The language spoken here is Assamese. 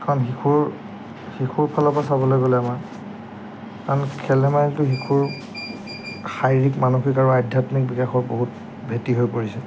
কাৰণ শিশুৰ শিশুৰ ফালৰ পৰা চাবলৈ গ'লে আমাৰ কাৰণ খেল ধেমালিটো শিশুৰ শাৰীৰিক মানসিক আৰু আধ্যাত্মিক বিকাশৰ বহুত ভেটি হৈ পৰিছে